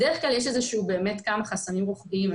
בדרך כלל יש כמה חסמים רוחביים.